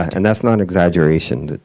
and that's not an exaggeration.